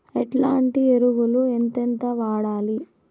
ఎట్లాంటి ఎరువులు ఎంతెంత వాడాలి?